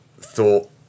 thought